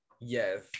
Yes